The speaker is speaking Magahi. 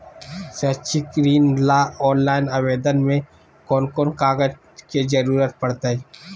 शैक्षिक ऋण ला ऑनलाइन आवेदन में कौन कौन कागज के ज़रूरत पड़तई?